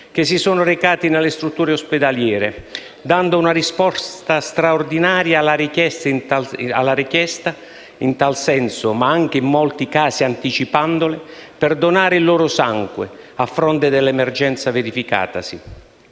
che si sono recati nelle strutture ospedaliere, dando una risposta straordinaria alle richieste in tal senso, ma anche in molti casi anticipandole, per donare il loro sangue a fronte dell'emergenza verificatasi.